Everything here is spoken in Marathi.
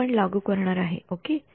हे आपण लागू करणार आहे ओके